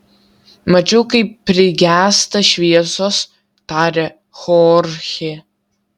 mačiau kaip prigęsta šviesos tarė chorchė